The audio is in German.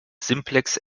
simplex